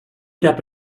depp